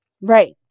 Right